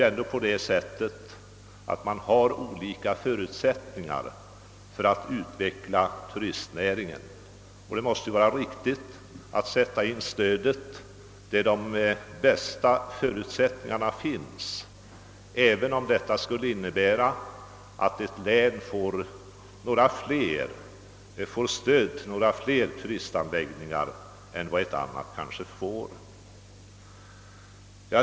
Länen har olika förutsättningar att utveckla turistnäringen, och det måste vara riktigt att sätta in stödet där de bästa förutsättningarna finns, även om detta skulle innebära att ett län får stöd till några fler turistanläggningar än vad ett annat län får.